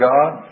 God